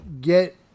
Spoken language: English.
get